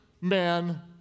man